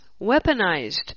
weaponized